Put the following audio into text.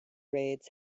raids